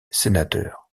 sénateur